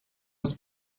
his